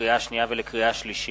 לקריאה שנייה ולקריאה שלישית: